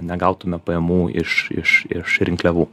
negautume pajamų iš iš iš rinkliavų